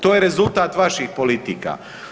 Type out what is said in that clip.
To je rezultat vaših politika.